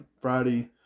Friday